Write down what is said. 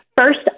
first